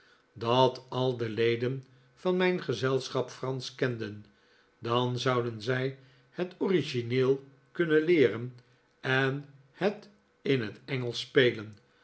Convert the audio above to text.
dat al de leden van mijn gezelschap fransch kenden dan zouden zij het origineel kunnen leeren en het in het engelsch spelen